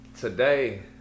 today